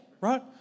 right